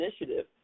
initiative